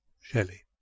Shelley